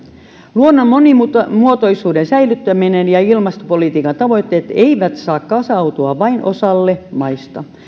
luonnon monimuotoisuuden säilyttäminen ja ilmastopolitiikan tavoitteet eivät saa kasautua vain osalle maista